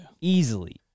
Easily